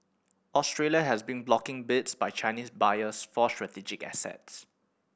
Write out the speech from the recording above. Australia has been blocking bids by Chinese buyers for strategic assets